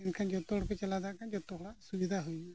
ᱮᱱᱠᱷᱟᱱ ᱡᱚᱛᱚ ᱦᱚᱲ ᱯᱮ ᱪᱟᱞᱟᱣ ᱫᱟᱲᱮᱭᱟᱜ ᱠᱷᱟᱱ ᱡᱚᱛᱚ ᱦᱚᱲᱟᱜ ᱥᱩᱵᱤᱫᱷᱟ ᱦᱩᱭᱱᱟ